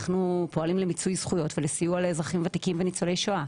אנחנו פועלים למיצוי זכויות ולסיוע לאזרחים ותיקים וניצולי שואה.